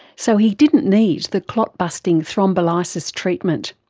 so he didn't need the clot busting thrombolysis treatment.